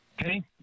Okay